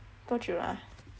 多久 ah